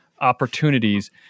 opportunities